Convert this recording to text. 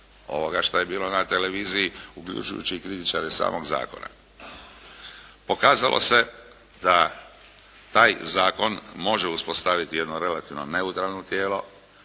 ovoga što je bilo na televiziji uključujući i kritičare samog zakona. Pokazalo se da taj zakon može uspostaviti jedno relativno neutralno tijelo